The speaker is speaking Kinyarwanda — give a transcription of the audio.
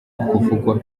kuvugwa